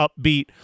upbeat